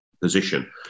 position